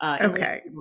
Okay